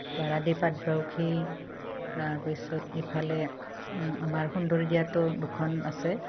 বাৰাদি পাটবাউসী তাৰপিছত ইফালে আমাৰ সুন্দৰীয়াতো দুখন আছে